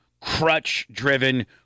crutch-driven